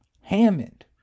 Hammond